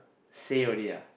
say only ah